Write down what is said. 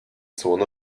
zone